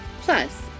plus